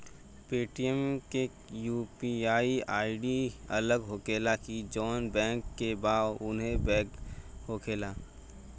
Paytm के UPI ID अलग होखेला की जाऊन बैंक के बा उहे होखेला?